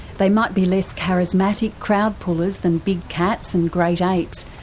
they might be less charismatic crowd-pullers than big cats and great apes,